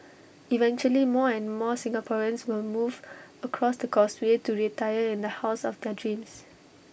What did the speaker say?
eventually more and more Singaporeans will move across the causeway to retire in the house of their dreams